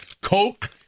Coke